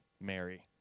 Mary